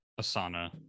Asana